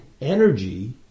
energy